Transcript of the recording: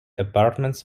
apartments